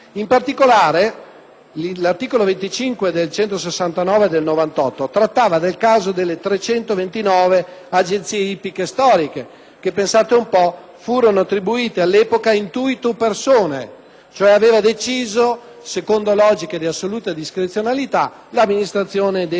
Repubblica n. 169 del 1998 trattava del caso delle 329 agenzie ippiche storiche che - pensate un po' - furono attribuite, all'epoca *intuitu personae*: cioè, aveva deciso, secondo logiche di assoluta discrezionalità, l'Amministrazione dei monopoli.